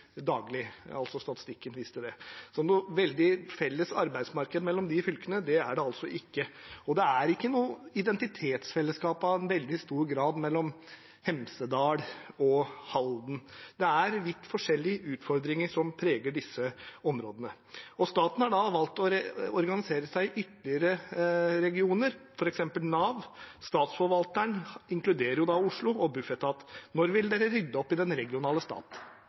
daglig. Så noe veldig felles arbeidsmarked mellom disse fylkene er det altså ikke, og det er heller ikke i veldig stor grad noe identitetsfellesskap mellom Hemsedal og Halden. Det er vidt forskjellige utfordringer som preger disse områdene. Staten har valgt å organisere seg i andre regioner, f.eks. Nav. Statsforvalteren inkluderer Oslo, og det gjør også Bufetat. Når vil dere rydde opp i den regionale